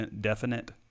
definite